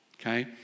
okay